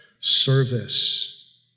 service